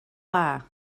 dda